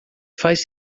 faz